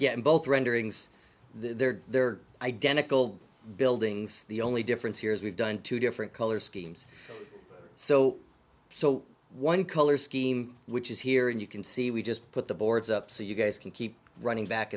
yet both renderings there they're identical buildings the only difference here is we've done two different color schemes so so one color scheme which is here and you can see we just put the boards up so you guys can keep running back